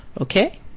Okay